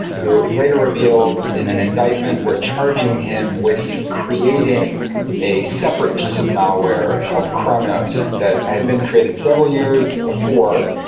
who it was later revealed in an indictment were charging him with creating a separate piece of malware called kronos, that had been created several years before,